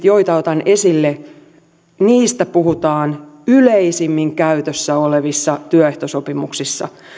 joita otan esille puhutaan yleisimmin käytössä olevissa työehtosopimuksissa